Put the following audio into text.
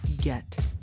get